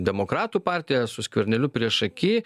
demokratų partija su skverneliu priešaky